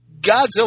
Godzilla